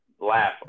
laugh